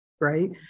right